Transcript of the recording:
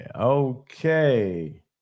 Okay